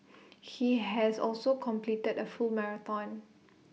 he has also completed A full marathon